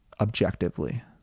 objectively